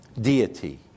deity